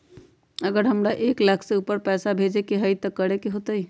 अगर हमरा एक लाख से ऊपर पैसा भेजे के होतई त की करेके होतय?